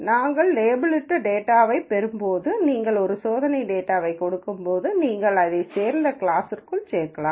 நாங்கள் லேபிளிட்டுள்ள டேட்டாவை பெறும்போது நீங்கள் ஒரு சோதனைத் டேட்டாவை கொடுக்கும்போது நீங்கள் அதைச் சேர்ந்த கிளாஸிற்குள் சேர்க்கலாம்